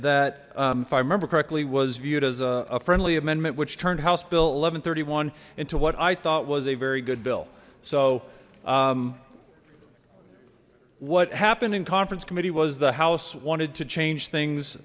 that if i remember correctly was viewed as a friendly amendment which turned house bill eleven thirty one into what i thought was a very good bill so what happened in conference committee was the house wanted to change things